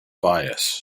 bias